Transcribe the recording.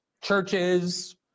churches